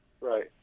Right